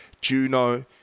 Juno